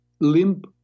limp